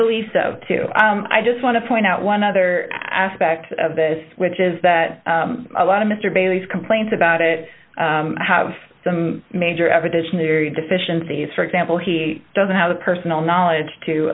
believe so too i just want to point out one other aspect of this which is that a lot of mr bailey's complaints about it have some major evidentiary deficiencies for example he doesn't have the personal knowledge to